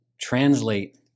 translate